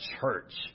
church